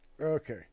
Okay